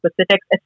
specifics